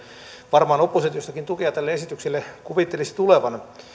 varmaan oppositiostakin tukea tälle esitykselle kuvittelisi tulevan